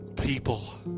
people